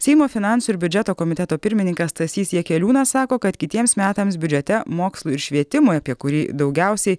seimo finansų ir biudžeto komiteto pirmininkas stasys jakeliūnas sako kad kitiems metams biudžete mokslui ir švietimui apie kurį daugiausiai